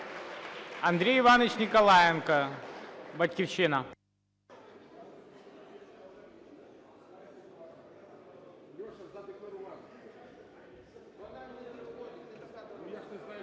Андрій Іванович Ніколаєнко, "Батьківщина".